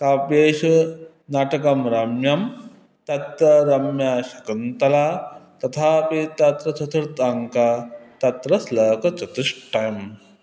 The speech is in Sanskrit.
काव्येषु नाटकं रम्यं तत्र रम्या शकुन्तला तथापि तत्र चतुर्थोङ्कः तत्र श्लोकचतुष्टयम्